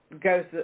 goes